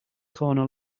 corner